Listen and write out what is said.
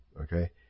Okay